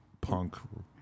punk